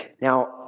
Now